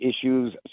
issues